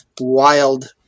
wild